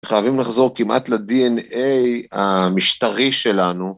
חייבים לחזור כמעט לדי.אן.איי המשטרי שלנו.